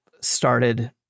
started